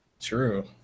True